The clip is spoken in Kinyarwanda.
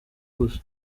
gusa